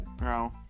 No